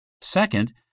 Second